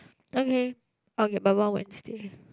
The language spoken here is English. okay okay Baba Wednesday